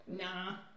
Nah